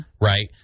Right